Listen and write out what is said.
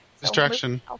Distraction